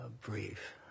brief